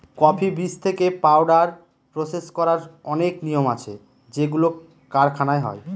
coffee বীজ থেকে powder process করার অনেক নিয়ম আছে যেগুলো কারখানায় হয়